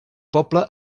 poble